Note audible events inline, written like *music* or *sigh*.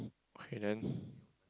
okay then *breath*